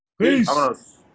Peace